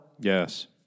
Yes